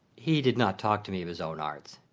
he did not talk to me of his own arts.